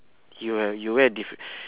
you will you wear a diff~